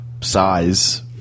size